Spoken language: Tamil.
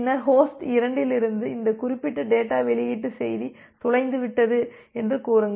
பின்னர் ஹோஸ்ட் 2 இலிருந்து இந்த குறிப்பிட்ட டேட்டா வெளியீட்டு செய்தி தொலைந்துவிட்டது என்று கூறுங்கள்